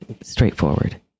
straightforward